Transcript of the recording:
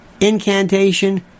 incantation